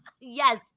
Yes